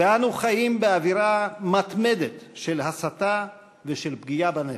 ואנו חיים באווירה מתמדת של הסתה ושל פגיעה בנפש.